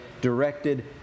directed